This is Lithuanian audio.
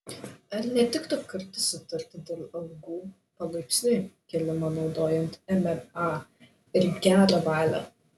ar netiktų kartu sutarti dėl algų palaipsniui kėlimo naudojant mma ir gerą valią